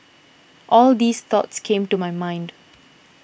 all these thoughts came to my mind